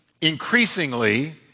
increasingly